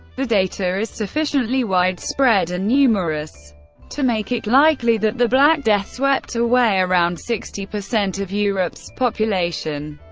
the data is sufficiently widespread and numerous to make it likely that the black death swept away around sixty per cent of europe's population.